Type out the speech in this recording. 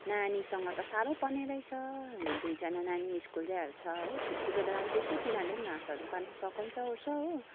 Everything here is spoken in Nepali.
नानीसँग त साह्रै पर्ने रहेछ दुईजना नानी पनि स्कुल जाइहाल्छ हो छुट्टीको बेलामा चाहिँ यसो तिनीहरूले नि घाँसहरू काट्नु सघाउँछ ओर्छ हो